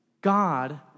God